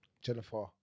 Jennifer